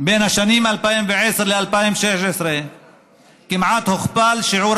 בין השנים 2010 ו-2016 כמעט הוכפל שיעור